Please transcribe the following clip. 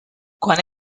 quan